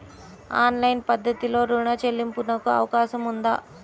Online పద్ధతిలో రుణ చెల్లింపునకు అవకాశం ఉందా?